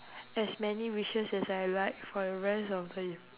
as many wishes as I like for the rest of the y~